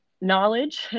knowledge